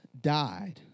died